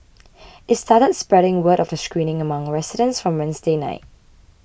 it started spreading word of the screening among residents from Wednesday night